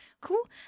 Cool